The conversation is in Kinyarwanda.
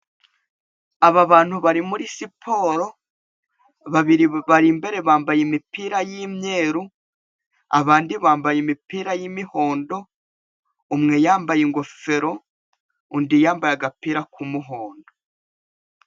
Aba bantu bari muri siporo, babiri bari imbere bambaye imipira y'imyeru, abandi bambaye imipira y'imihondo, umwe yambaye ingofero, undi yambaye agapira k'umuhondo.